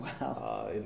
Wow